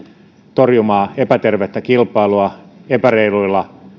torjumaan epätervettä kilpailua epäreiluja